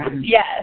Yes